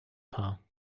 paar